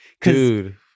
dude